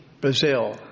Brazil